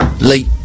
late